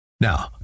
Now